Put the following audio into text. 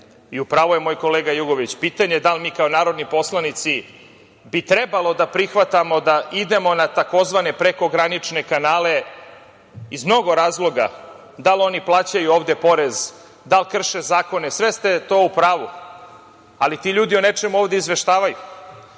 u pravu je moj kolega Jugović, pitanje je da li mi kao narodni poslanici bi trebalo da prihvatamo da idemo na tzv. prekogranične kanale iz mnogo razloga – da li oni plaćaju ovde porez, da li krše zakone. Sve ste to u pravu, ali, ti ljudi o nečemu ovde izveštavaju